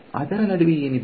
ಮತ್ತು ಅದರ ನಡುವೆ ಏನಿದೆ